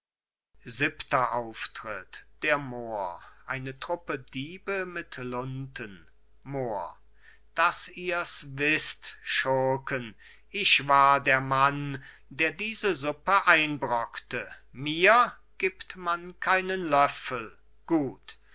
siebenter auftritt der mohr ein trupp diebe mit lunten mohr daß ihrs wißt schurken ich war der mann der diese suppe einbrockte mir gibt man keinen löffel gut